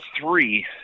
three